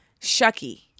Shucky